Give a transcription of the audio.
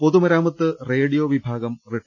പൊതുമരാമത്ത് റേഡിയോ വിഭാഗം റിട്ട